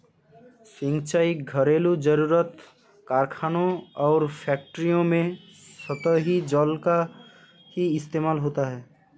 सिंचाई, घरेलु जरुरत, कारखानों और फैक्ट्रियों में सतही जल का ही इस्तेमाल होता है